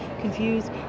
confused